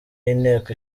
y’inteko